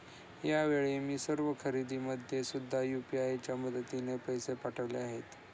यावेळी मी सर्व खरेदीमध्ये सुद्धा यू.पी.आय च्या मदतीने पैसे पाठवले आहेत